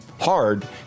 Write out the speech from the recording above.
hard